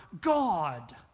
God